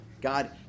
God